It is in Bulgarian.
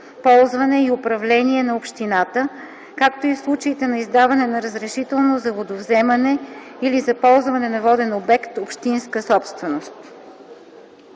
ползване и управление на общината, както и в случаите на издаване на разрешително за водовземане или за ползване на воден обект – общинска собственост”.”